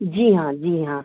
जी हाँ जी हाँ